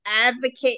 advocate